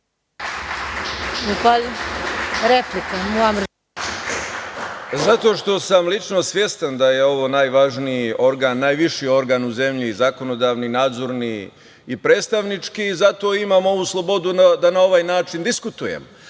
Zato što sam lično svestan da je ovo najvažniji organ, najviši organ u zemlji, zakonodavni, nadzorni i predstavnički, zato imam ovu slobodu da na ovaj način diskutujemo.